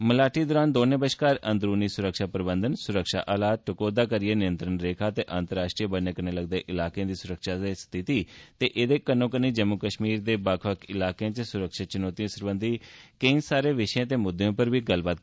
मलाटी दरान दौनें बश्कार अंदरूनी सुरक्षा प्रबंधन सुरक्षा हालात टकोह्दा करियै नियंत्रण रेखा ते अंतर्राश्ट्रीय बन्ने कन्नै लगदे इलाकें दी सुरक्षा स्थिति दे कन्नोकन्नी जम्मू कश्मीर दे बक्ख बक्ख इलाकें च रक्षा चुनौतिएं सरबंधी केई सारे विशें ते मुद्दें पर बी गल्लबात होई